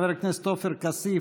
חבר הכנסת עופר כסיף,